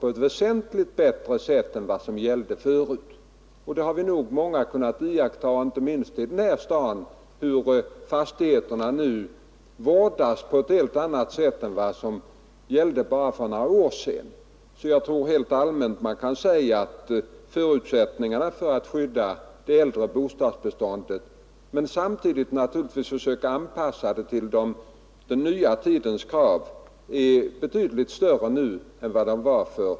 Många, inte minst i den här staden, har nog kunnat iaktta att fastigheterna nu vårdas på ett helt annat sätt än för bara några år sedan. Helt allmänt kan nog sägas att förutsättningarna för att skydda det äldre bostadsbeståndet och samtidigt försöka anpassa det till den nya tidens krav är betydligt större nu än för ett antal år sedan.